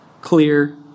clear